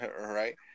Right